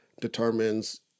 determines